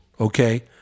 Okay